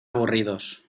aburridos